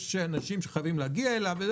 יש אנשים שחייבים להגיע אליו.